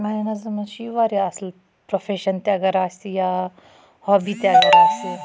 میانٮ۪ن نَظرَن مَنٛز چھُ یہِ واریاہ اَصل پروفیٚشَن تہِ اَگَر آسہِ یا ہابی تہِ اَگَر آسہِ